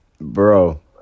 Bro